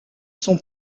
son